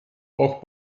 auch